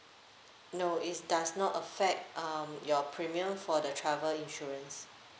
no it does not affect um your premium for the travel insurance